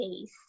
case